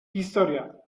historia